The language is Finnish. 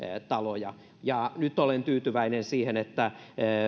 taloja ja nyt olen tyytyväinen siihen että